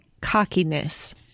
cockiness